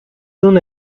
soon